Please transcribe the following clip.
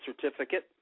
certificate